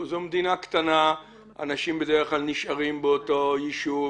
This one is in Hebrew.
הרי אנחנו מדינה קטנה ואנשים נשארים בדרך כלל באותו יישוב,